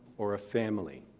or a family.